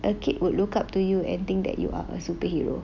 a kid will look up to you and think that you are a superhero